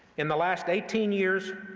in the last eighteen years,